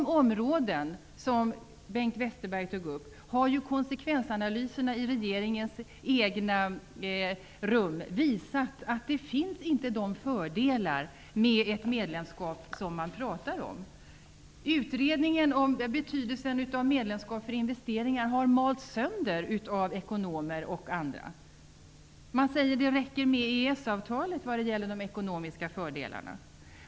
Konsekvensanalyserna i regeringens egna rum har ju visat att de fördelar med ett medlemskap som man pratar om inte finns på de områden som Bengt Westerberg tog upp. Utredningen om betydelsen för investeringarna av ett medlemskap har malts sönder av ekonomer och andra. Man säger att det räcker med EES-avtalet när det gäller de ekonomiska fördelarna.